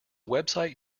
website